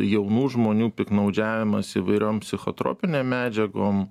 jaunų žmonių piktnaudžiavimas įvairiom psichotropinėm medžiagom